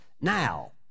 now